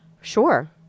Sure